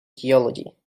geology